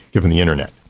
given the internet.